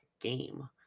game